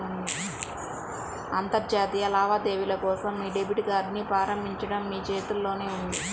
అంతర్జాతీయ లావాదేవీల కోసం మీ డెబిట్ కార్డ్ని ప్రారంభించడం మీ చేతుల్లోనే ఉంది